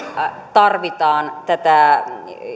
tarvitaan tätä